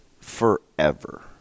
forever